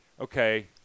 okay